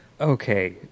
Okay